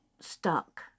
stuck